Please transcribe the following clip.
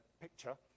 picture